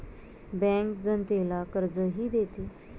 bank जनतेला कर्जही देते